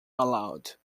allowed